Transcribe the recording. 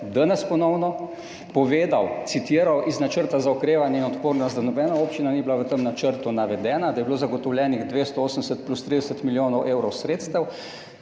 danes sem ponovno povedal, citiral iz Načrta za okrevanje in odpornost, da nobena občina ni bila v tem načrtu navedena, da je bilo zagotovljenih 280 plus 30 milijonov evrov sredstev,